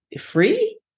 free